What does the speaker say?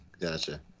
gotcha